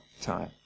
time